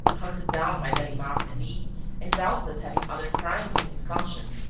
hunted down by ganimard and me and doubtless having other crimes on his conscience,